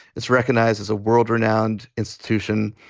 it's recognized as a world renowned institution.